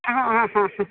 ಆ ಹಾಂ ಹಾಂ ಹಾಂ